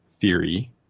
theory